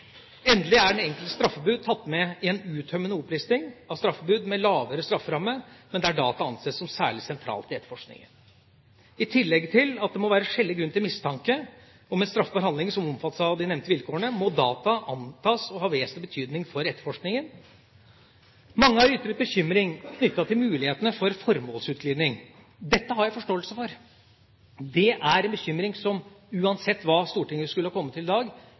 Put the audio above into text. Endelig er det enkelte straffebud tatt med i en uttømmende opplisting av straffebud med lavere strafferammer, men der data anses som særlig sentralt i etterforskningen. I tillegg til at det må være skjellig grunn til mistanke om en straffbar handling som omfattes av de nevnte vilkårene, må data antas å ha vesentlig betydning for etterforskningen. Mange har ytret bekymring knyttet til mulighetene for formålsutglidning. Dette har jeg forståelse for. Det er noe som uansett hva Stortinget skulle komme til i dag,